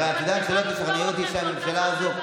הרי את יודעת שהממשלה הזו,